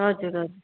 हजुर हजुर